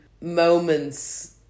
moments